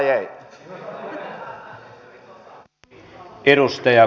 jaa vai ei